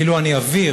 וכאילו אני אוויר.